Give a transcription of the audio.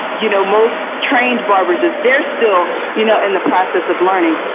you know, most trained barbers is there still, you know, in the process of learning.